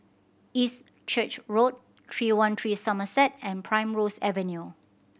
East Church Road Three One Three Somerset and Primrose Avenue